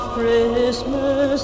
Christmas